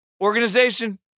Organization